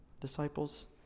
disciples